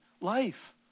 life